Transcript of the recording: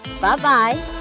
Bye-bye